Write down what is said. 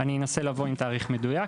אני אנסה לבוא עם תאריך מדויק.